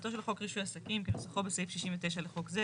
תחילתו של חוק רישוי עסקים כניסוחו בסעיף 69 לחוק זה,